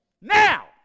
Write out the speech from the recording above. Now